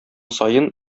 саен